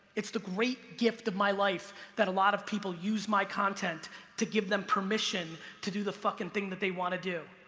it's the great gift of my life that a lot of people use my content to give them permission to do the fucking thing that they wanna do.